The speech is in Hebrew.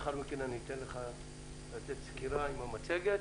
לאחר מכן אני אאפשר לתת סקירה עם המצגת